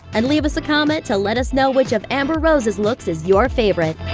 and leave us a comment to let us know which of amber rose's looks is your favorite.